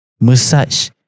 Massage